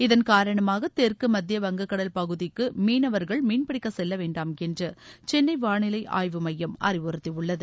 இதன் காரணமாக தெற்கு மத்திய வங்கக்கடல் பகுதிக்கு மீனவா்கள் மீன்பிடிக்க செல்ல வேண்டாம் என்று சென்னை வானிலை ஆய்வு மையம் அறிவுறுத்தியுள்ளது